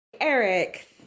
Eric